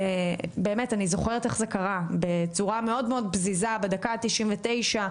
אני זוכרת איך זה קרה בצורה מאוד מאוד פזיזה בדקה ה-99,